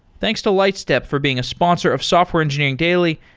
thanks to lightstep for being a sponsor of software engineering daily,